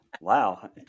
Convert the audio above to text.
Wow